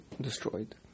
destroyed